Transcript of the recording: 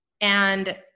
And-